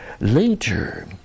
Later